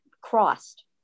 crossed